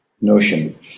notion